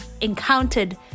encountered